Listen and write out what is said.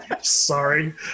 Sorry